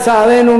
לצערנו,